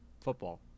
football